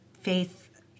faith